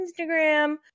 Instagram